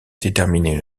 déterminer